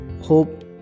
hope